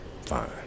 fine